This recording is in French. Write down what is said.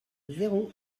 zéro